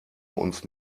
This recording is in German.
uns